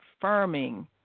confirming